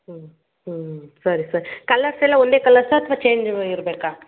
ಹ್ಞೂ ಹ್ಞೂ ಸರಿ ಸರಿ ಕಲ್ಲರ್ಸ್ ಎಲ್ಲ ಒಂದೇ ಕಲ್ಲರ್ಸಾ ಅಥ್ವಾ ಚೇಂಜು ಇರಬೇಕಾ